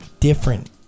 different